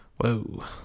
whoa